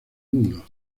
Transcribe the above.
mundo